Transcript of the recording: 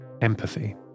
Empathy